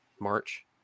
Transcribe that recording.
March